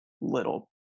little